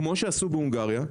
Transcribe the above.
כמו שעשו בהונגריה,